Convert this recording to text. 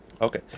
Okay